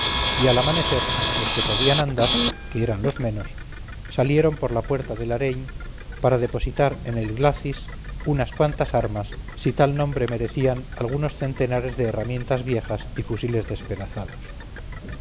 y al amanecer los que podían andar que eran los menos salieron por la puerta del areny para depositar en el glacis unas cuantas armas si tal nombre merecían algunos centenares de herramientas viejas y fusiles despedazados